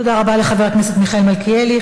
תודה רבה לחבר הכנסת מיכאל מלכיאלי.